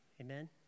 Amen